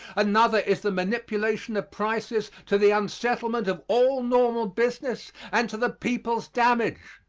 another is the manipulation of prices to the unsettlement of all normal business and to the people's damage.